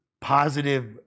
positive